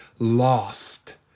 Lost